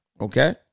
okay